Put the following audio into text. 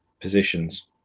positions